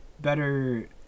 better